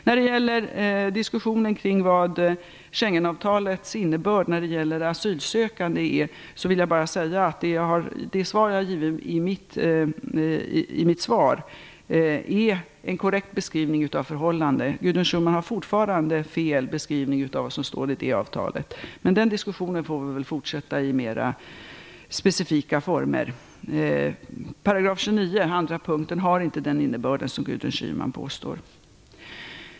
När det gäller diskussionen kring Schengenavtalets innebörd för asylsökande i EU vill jag bara säga att mitt interpellationssvar ger en korrekt beskrivning av förhållandet. Gudrun Schyman gör fortfarande en felaktig beskrivning av vad som står i avtalet. Men den diskussionen får vi väl fortsätta i mer specifika former. § 29, p. 2, har inte den innebörd som Gudrun Schyman påstår.